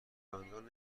کنندگان